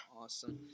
Awesome